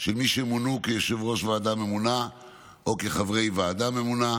של מי שמונו כיושב-ראש ועדה ממונה או כחברי ועדה ממונה.